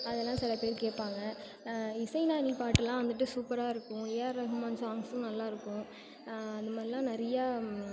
அதெல்லாம் சிலப்பேர் கேட்பாங்க இசைஞானி பாட்டுலாம் வந்துட்டு சூப்பராக இருக்கும் ஏஆர் ரகுமான் சாங்ஸும் நல்லாயிருக்கும் அந்தமாதிரில்லாம் நிறையா